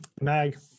mag